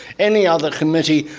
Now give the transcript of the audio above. any other committee,